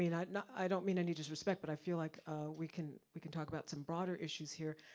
you know i don't mean any disrespect, but i feel like we can we can talk about some broader issues here.